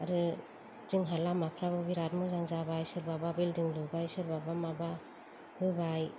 आरो जोंहा लामाफोराबो बिराद मोजां जाबाय सोरबाबा बिलदिं लुबाय सोरबाबा माबा होबाय